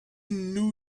new